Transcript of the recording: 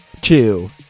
two